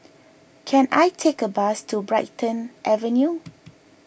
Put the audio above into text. can I take a bus to Brighton Avenue